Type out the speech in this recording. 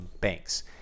banks